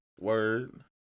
Word